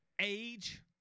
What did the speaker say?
Age